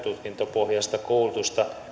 toteuttaa näyttötutkintopohjaista koulutusta